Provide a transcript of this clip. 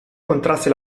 contrasse